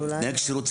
תנאי כשירות,